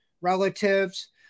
relatives